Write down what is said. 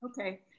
Okay